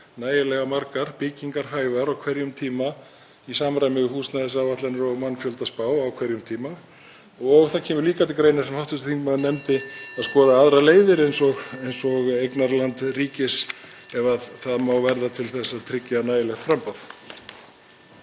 nægilega margar byggingarhæfar á hverjum tíma í samræmi við húsnæðisáætlanir og mannfjöldaspá á hverjum tíma. Og það kemur líka til greina sem hv. þingmaður nefndi, (Forseti hringir.) að skoða aðrar leiðir eins og eignarland ríkis ef það má verða til þess að tryggja nægilegt framboð.